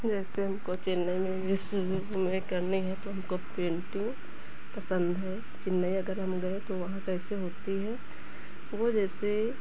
जैसे हमको चेन्नई में इसी में करने है कि हमको पेंटिंग पसंद है चेन्नई अगर हम गए तो वहाँ कैसे होती है ये जैसे